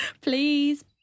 please